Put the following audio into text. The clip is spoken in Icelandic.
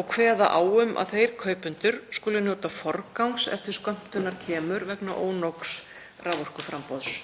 og kveða á um að þeir kaupendur skuli njóta forgangs ef til skömmtunar kemur vegna ónógs raforkuframboðs.